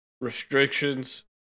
restrictions